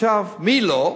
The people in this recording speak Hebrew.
מי לא?